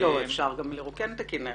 אפשר גם לרוקן את הכינרת.